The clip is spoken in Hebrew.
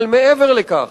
אבל מעבר לכך,